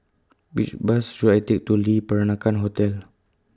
Which Bus should I Take to Le Peranakan Hotel